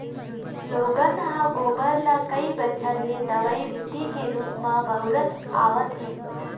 लोगन ह गोबर ल कई बच्छर ले दवई बूटी के रुप म बउरत आवत हे